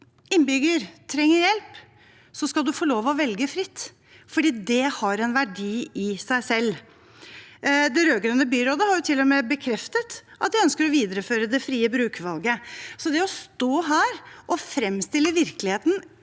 innbygger trenger hjelp, skal man få lov til å velge fritt fordi det har en verdi i seg selv. Det rød-grønne byrådet har til og med bekreftet at de ønsker å videreføre det frie brukervalget. Det å stå her og framstille virkeligheten